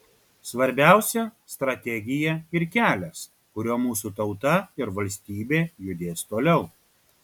svarbiausia strategija ir kelias kuriuo mūsų tauta ir valstybė judės toliau